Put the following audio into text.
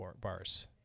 bars